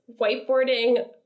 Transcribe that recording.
whiteboarding